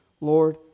Lord